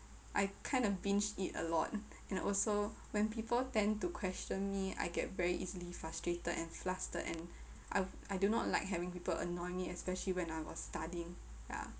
I kind of binge eat a lot and also when people tend to question me I get very easily frustrated and flustered and I I do not like having people annoy me especially when I was studying ya